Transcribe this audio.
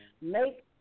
make